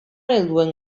helduen